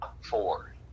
Four